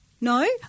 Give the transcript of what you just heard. No